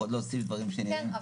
יכולת להוסיף דברים שנראים --- כן,